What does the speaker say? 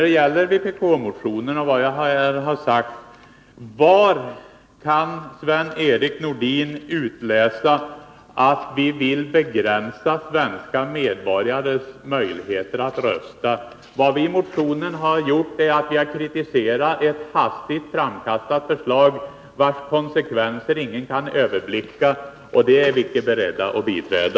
Beträffande vpk-motionen: Var kan Sven-Erik Nordin utläsa att vi vill begränsa svenska medborgares möjligheter att rösta? I motionen har vi kritiserat ett hastigt framkastat förslag, vars konsekvenser ingen kan överblicka — ett sådant förslag är vi inte beredda att biträda.